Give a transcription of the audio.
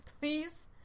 Please